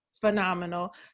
Phenomenal